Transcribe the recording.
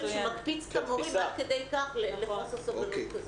שמקפיץ את המורים עד כדי כך לחוסר סובלנות כזה?